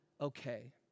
okay